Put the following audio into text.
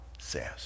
says